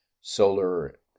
solar